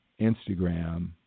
instagram